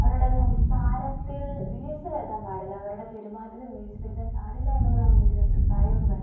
അവരുടെ സംസാരത്തിൽ വീഴ്ച വരുത്താൻ പാടില്ല അവരുടെ പെരുമാറ്റത്തിൽ വീഴ്ച വരുത്താൻ പാടില്ല എന്നുള്ളതാണ് എൻറ്റൊരഭിപ്രായമെന്നു പറയുന്നത്